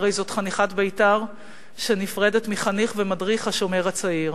הרי זאת חניכת בית"ר שנפרדת מחניך ומדריך "השומר הצעיר".